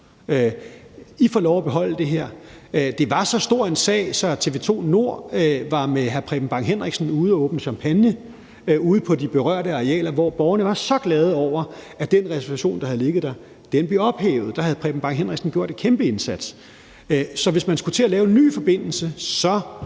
I får lov at beholde det her. Det var så stor en sag, at TV 2 Nord var med hr. Preben Bang Henriksen ude at fejre det med champagne på de berørte arealer, hvor borgerne var så glade over, at den reservation, der havde ligget der, blev ophævet. Der havde hr. Preben Bang Henriksen gjort en kæmpe indsats. Så hvis man skulle til at lave en ny forbindelse, skulle